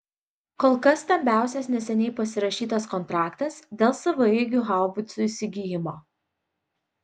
kol kas stambiausias neseniai pasirašytas kontraktas dėl savaeigių haubicų įsigijimo